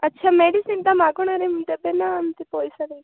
ଆଚ୍ଛା ମେଡିସିନ୍ଟା ମାଗଣାରେ ଦେବେନା ଏମିତି ପଇସାରେ